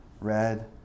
red